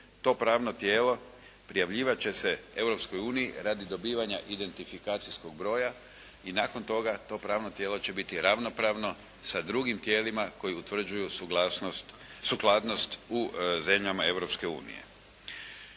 to pravno tijelo prijavljivati će se Europskoj uniji radi dobivanja identifikacijskog broja i nakon toga to pravno tijelo će biti ravnopravno sa drugim tijelima koji utvrđuju sukladnost u zemljama